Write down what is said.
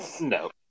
no